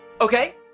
Okay